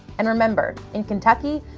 and remember, in kentucky,